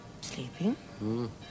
Sleeping